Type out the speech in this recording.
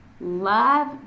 love